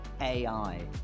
ai